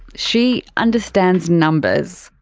she understands numbers.